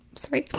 sorry,